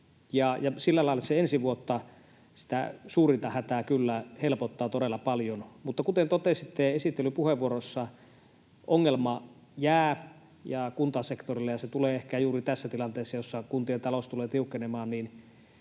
kyllä helpottaa ensi vuotta, sitä suurinta hätää, todella paljon. Mutta kuten totesitte esittelypuheenvuorossa, ongelma jää kuntasektorille, ja se tulee ehkä juuri tässä tilanteessa, jossa kuntien talous tulee tiukkenemaan,